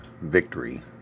victory